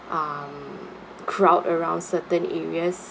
um crowd around certain areas